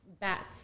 back